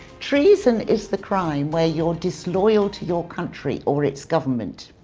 treason is the crime where you're disloyal to your country or its government.